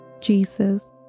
Jesus